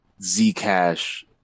Zcash